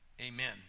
Amen